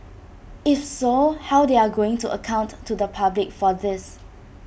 if so how they are going to account to the public for this